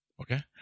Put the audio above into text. Okay